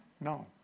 No